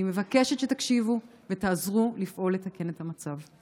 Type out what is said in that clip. אני מבקשת שתקשיבו ותעזרו לפעול לתקן את המצב.